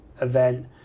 event